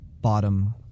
bottom